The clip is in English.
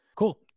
Cool